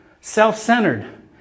self-centered